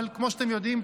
אבל כמו שאתם יודעים,